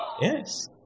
Yes